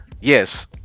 yes